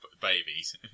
babies